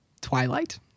Twilight